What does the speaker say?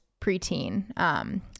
preteen